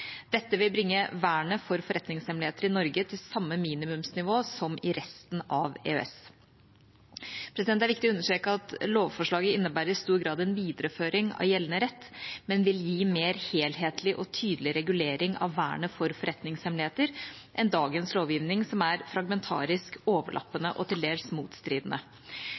Dette vil bringe vernet for forretningshemmeligheter i Norge til samme minimumsnivå som i resten av EØS. Det er viktig å understreke at lovforslaget i stor grad innebærer en videreføring av gjeldende rett, men vil gi en mer helhetlig og tydelig regulering av vernet for forretningshemmeligheter enn dagens lovgivning, som er fragmentarisk, overlappende og til dels motstridende.